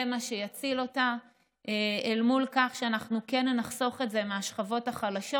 זה מה שיציל אותה אל מול כך שאנחנו כן נחסוך את זה מהשכבות החלשות.